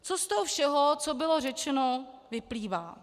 Co z toho všeho, co bylo řečeno, vyplývá?